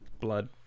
Blood